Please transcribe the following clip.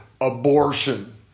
abortion